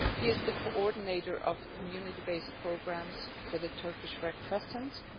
he is the coordinator of community based programs for the turkish red crescent,